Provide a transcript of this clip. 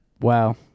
Wow